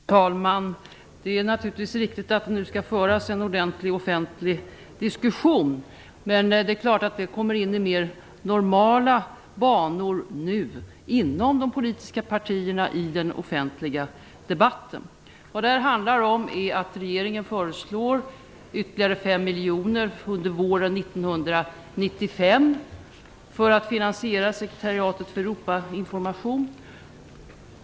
Fru talman! Det är naturligtvis riktigt att det nu skall föras en ordentlig, offentlig diskussion. Men det är klart att det nu kommer att ske i mer normala banor inom de politiska partierna i den offentliga debatten. Vad det här handlar om är att regeringen föreslår ytterligare 5 miljoner under våren 1995 för att finansiera Sekretariatet för Europainformation.